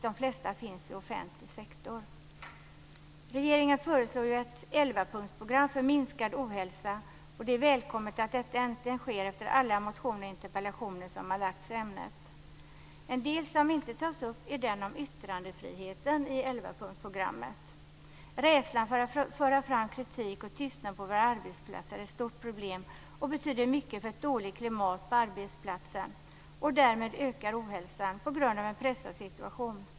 De flesta finns inom offentlig sektor. Regeringen föreslår ett 11-punktsprogram för minskad ohälsa. Detta är välkommet efter alla motioner och interpellationer som lagts fram i ämnet. En del som inte tas upp i 11-punktsprogrammet är den om yttrandefriheten. Rädslan för att föra fram kritik och tystnaden på våra arbetsplatser är ett stort problem och har stor betydelse när det gäller dåligt klimat på arbetsplatsen. Således ökar ohälsan på grund av en pressad situation.